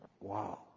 Wow